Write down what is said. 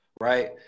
Right